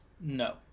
No